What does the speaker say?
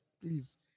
Please